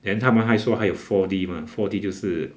then 他们还说还有 four D mah four D 就是